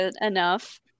enough